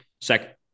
Second